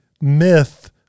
myth